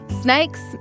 Snakes